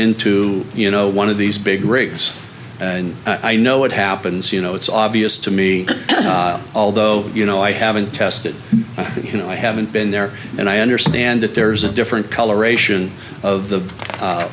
into you know one of these big rigs and i know what happens you know it's obvious to me although you know i haven't tested you know i haven't been there and i understand that there's a different coloration of the